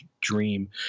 dream